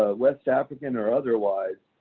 ah west african or otherwise,